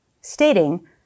stating